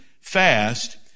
fast